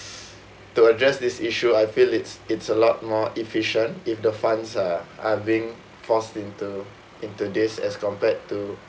to address this issue I feel it's it's a lot more efficient if the funds are are being falls into into this as compared to